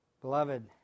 Beloved